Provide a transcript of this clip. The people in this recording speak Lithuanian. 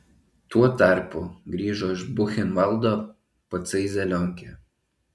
tuo tarpu grįžo iš buchenvaldo patsai zelionkė